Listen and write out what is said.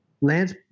lance